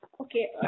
Okay